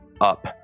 up